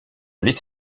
aller